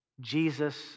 Jesus